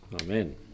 Amen